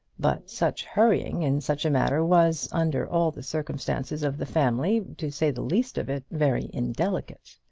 but such hurrying in such a matter was, under all the circumstances of the family, to say the least of it, very indelicate.